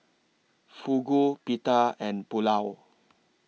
Fugu Pita and Pulao